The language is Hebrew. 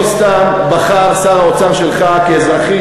לא סתם בחר שר האוצר שלך כאזרחית,